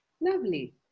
lovely